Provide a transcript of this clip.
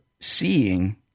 Seeing